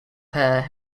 her